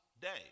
day